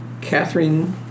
Catherine